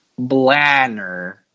blanner